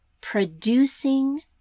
producing